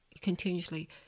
continuously